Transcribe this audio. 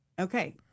Okay